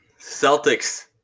Celtics